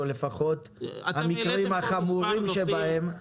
או לפחות המקרים החמורים שבהם,